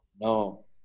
No